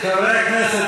חברי הכנסת,